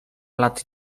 lat